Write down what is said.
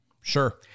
Sure